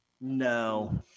No